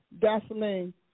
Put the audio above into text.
gasoline